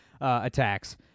attacks